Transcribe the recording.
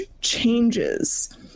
changes